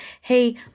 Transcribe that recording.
hey